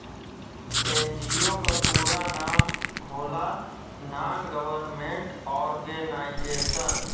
NGO क पूरा नाम होला नान गवर्नमेंट और्गेनाइजेशन